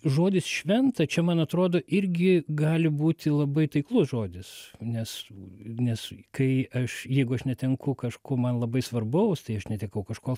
žodis šventa čia man atrodo irgi gali būti labai taiklus žodis nes nes kai aš jeigu aš netenku kažko man labai svarbaus tai aš netekau kažko